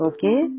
Okay